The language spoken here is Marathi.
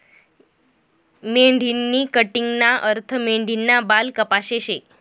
मेंढीनी कटिंगना अर्थ मेंढीना बाल कापाशे शे